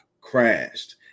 crashed